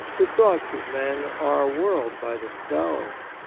the thoughts of men are a world by themselves,